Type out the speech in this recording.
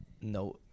No